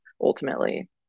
ultimately